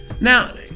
Now